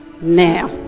Now